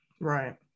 right